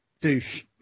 douche